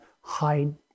hide